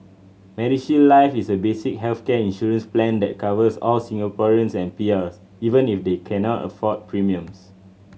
MediShield Life is a basic healthcare insurance plan that covers all Singaporeans and PRs even if they cannot afford premiums